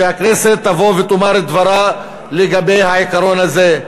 שהכנסת תבוא ותאמר את דברה לגבי העיקרון הזה,